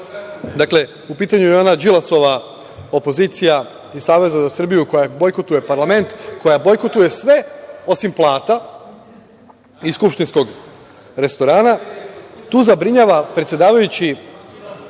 dakle u pitanju je ona Đilasova opozicija iz Saveza za Srbiju koja bojkotuje parlament, koja bojkotuje sve osim plata iz skupštinskog restorana, tu zabrinjava, predsedavajući,